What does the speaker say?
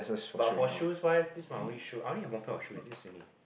but for shoes wise this my only shoe I only have one pair of shoe is this only